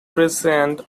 present